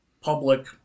public